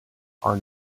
are